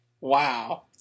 Wow